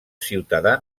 ciutadà